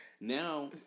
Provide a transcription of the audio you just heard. now